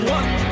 one